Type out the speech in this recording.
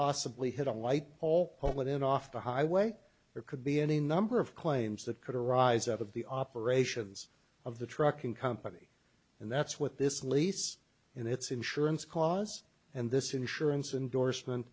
possibly hit a light pole and in off the highway there could be any number of claims that could arise out of the operations of the trucking company and that's what this lease and its insurance cause and this insurance indorsement